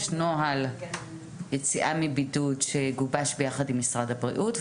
יש נוהל יציאה מבידוד שגובש ביחד עם משרד הבריאות,